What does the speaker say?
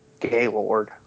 Gaylord